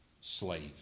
slave